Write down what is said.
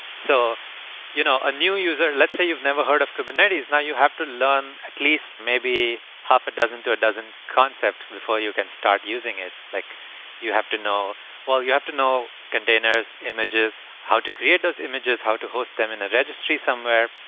so you know a new user let's say you've never heard of kubernetes, now you have to learn at least may be half a dozen to a dozen concepts before you can start using it, like you have to know you have to know containers, images, how to create those images, how to host them in the registry somewhere,